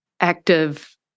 active